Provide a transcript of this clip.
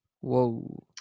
Whoa